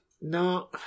No